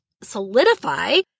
solidify